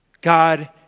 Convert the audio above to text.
God